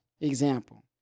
example